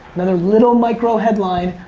another little micro headline,